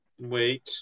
wait